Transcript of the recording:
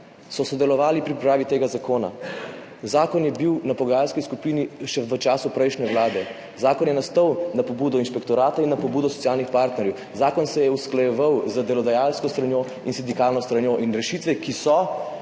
so sodelovali pri pripravi tega zakona. Zakon je bil na pogajalski skupini še v času prejšnje vlade. Zakon je nastal na pobudo inšpektorata in na pobudo socialnih partnerjev. Zakon se je usklajeval z delodajalsko stranjo in sindikalno stranjo in z rešitvami, ki so